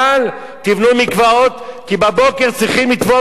תבנו מקוואות, כי בבוקר צריכים לטבול קודם כול.